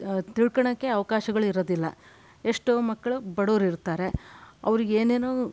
ತಿಳ್ಕೊಳಕ್ಕೆ ಅವಕಾಶಗಳು ಇರೋದಿಲ್ಲ ಎಷ್ಟೋ ಮಕ್ಕಳು ಬಡವರಿರ್ತಾರೆ ಅವರಿಗೇನೇನೋ